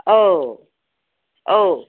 औ औ